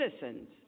citizens